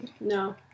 No